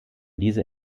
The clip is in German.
diese